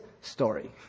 story